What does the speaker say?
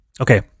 Okay